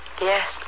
Yes